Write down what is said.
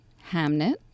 Hamnet